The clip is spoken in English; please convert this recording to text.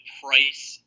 price